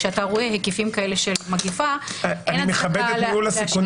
כשאתה רואה היקפים כאלה של מגפה -- אני מכבד את ניהול הסיכונים